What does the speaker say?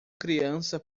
criança